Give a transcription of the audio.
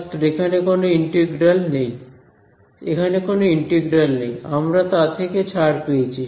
ছাত্র এখানে কোন ইন্টিগ্রাল নেই এখানে কোন ইন্টিগ্রাল নেই আমরা তা থেকে ছাড় পেয়েছি